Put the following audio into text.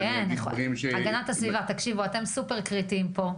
הגנת הסביבה, אתם מאוד קריטיים פה.